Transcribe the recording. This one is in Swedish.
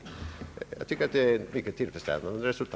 Jag tycker det är mycket tillfredsställande besked.